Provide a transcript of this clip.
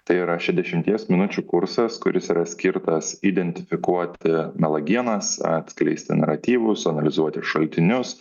tai yra šedešimties minučių kursas kuris yra skirtas identifikuoti melagienas atskleisti naratyvus analizuoti šaltinius